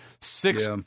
six